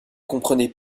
comprenait